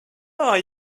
are